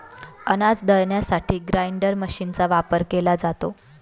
अनाज दळण्यासाठी ग्राइंडर मशीनचा वापर केला जातो